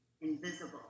invisible